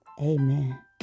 Amen